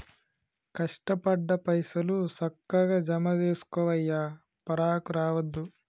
కష్టపడ్డ పైసలు, సక్కగ జమజేసుకోవయ్యా, పరాకు రావద్దు